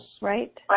right